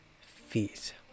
feet